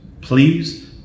please